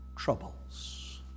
Troubles